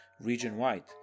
region-wide